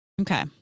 Okay